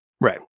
Right